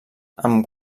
amb